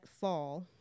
fall